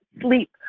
sleep